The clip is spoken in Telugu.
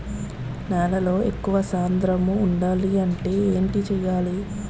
నేలలో ఎక్కువ సాంద్రము వుండాలి అంటే ఏంటి చేయాలి?